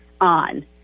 on